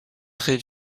très